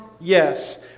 Yes